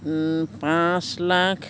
পাঁচ লাখ